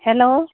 hello